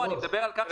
יעקב.